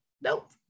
Nope